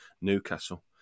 Newcastle